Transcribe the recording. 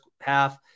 half